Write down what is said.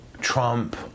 Trump